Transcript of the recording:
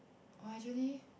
oh actually